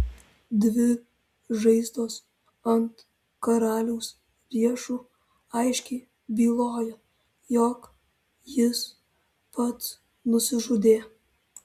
dvi žaizdos ant karaliaus riešų aiškiai bylojo jog jis pats nusižudė